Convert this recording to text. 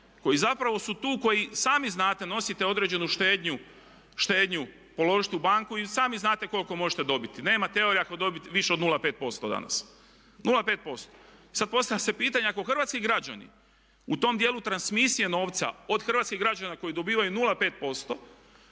koji zapravo su tu koji sami znate nosite određenu štednju položiti u banku i sami znate koliko možete dobiti, nema teorije ako dobijete više od 0,5% danas. Sad postavlja se pitanje ako hrvatski građani u tom dijelu transmisije novca od hrvatskih građana koji dobivaju 0,5%